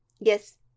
Yes